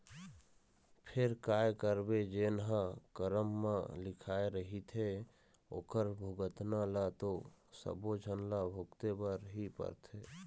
फेर काय करबे जेन ह करम म लिखाय रहिथे ओखर भुगतना ल तो सबे झन ल भुगते बर ही परथे